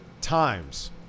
times